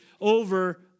over